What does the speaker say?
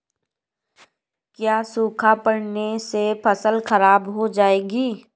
क्या सूखा पड़ने से फसल खराब हो जाएगी?